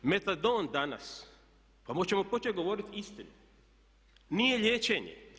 Metadon danas pa hoćemo počet govorit istinu nije liječenje.